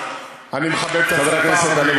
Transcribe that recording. אני חושב שהיא אוכלוסייה שווה במדינה,